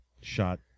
shot